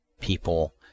people